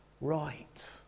right